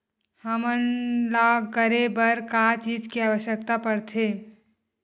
हमन ला करे बर का चीज के आवश्कता परथे?